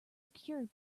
secured